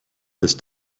ist